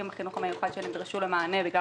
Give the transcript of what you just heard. מה את אומרת?